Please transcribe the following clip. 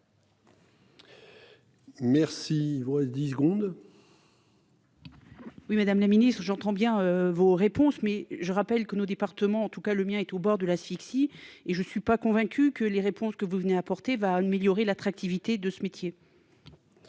Merci pour le 10 secondes. Oui Madame la Ministre j'entends bien vos réponses. Mais je rappelle que nos départements en tout cas le mien est au bord de l'asphyxie et je suis pas convaincu que les réponses que vous venez apporter va améliorer l'attractivité de ce métier.